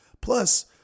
Plus